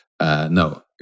No